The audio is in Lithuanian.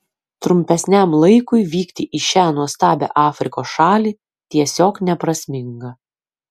trumpesniam laikui vykti į šią nuostabią afrikos šalį tiesiog neprasminga